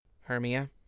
Hermia